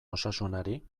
osasunari